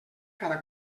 cada